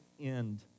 end